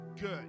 good